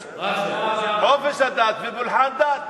חופש הדת ופולחן דת,